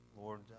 Lord